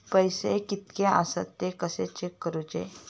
पैसे कीतके आसत ते कशे चेक करूचे?